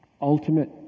ultimate